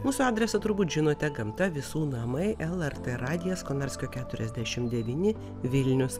mūsų adresą turbūt žinote gamta visų namai lrt radijas konarskio keturiasdešimt devyni vilnius